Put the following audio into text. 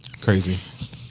Crazy